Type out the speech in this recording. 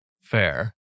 Fair